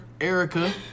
Erica